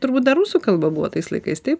turbūt dar rusų kalba buvo tais laikais taip